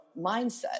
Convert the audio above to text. mindset